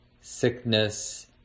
sickness